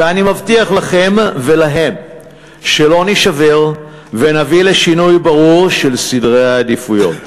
ואני מבטיח לכם ולהם שלא נישבר ונביא לשינוי ברור של סדרי העדיפויות.